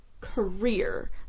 Career